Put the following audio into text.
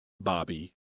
Bobby